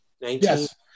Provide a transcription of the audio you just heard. Yes